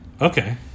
Okay